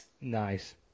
Nice